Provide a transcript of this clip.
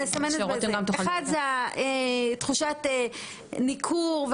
הראשון זה תחושת הניכור,